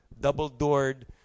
double-doored